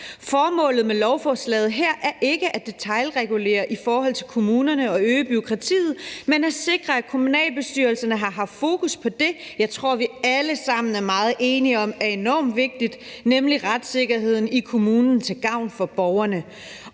Formålet med lovforslaget her er ikke at detailregulere i forhold til kommunerne og øge bureaukratiet, men at sikre, at kommunalbestyrelsen haft fokus på det, jeg tror vi alle sammen er meget enige om er enormt vigtigt, nemlig retssikkerheden i kommunen til gavn for borgerne,